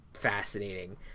Fascinating